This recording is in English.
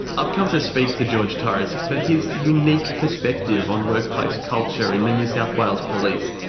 i've come to speak to george torres for his unique perspective on workplace culture in the new south wales police.